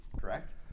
Correct